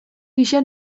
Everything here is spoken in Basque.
gisa